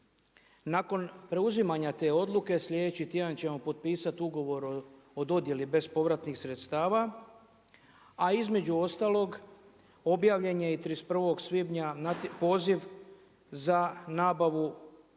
Nakon preuzimanja te odluke slijedeći tjedan ćemo potpisati ugovor o dodjeli bespovratnih sredstava, a između ostalog, objavljen je i 31. svibnja poziv za nabavu